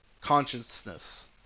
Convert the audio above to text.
consciousness